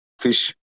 fish